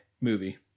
movie